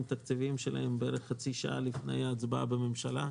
התקציביים שלהם רק בערך חצי שעה לפני ההצבעה בממשלה.